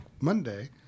Monday